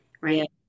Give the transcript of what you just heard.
right